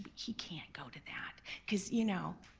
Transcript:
he can't go to that cause, you know,